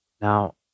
Now